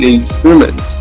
experiment